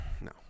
No